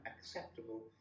acceptable